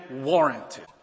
warranted